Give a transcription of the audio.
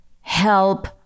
help